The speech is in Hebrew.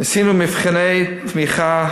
עשינו מבחני תמיכה